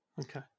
Okay